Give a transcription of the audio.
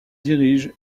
dirige